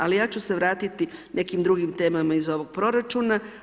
Ali ja ću se vratiti nekim drugim temama iz ovog proračuna.